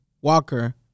Walker